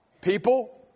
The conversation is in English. People